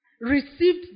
received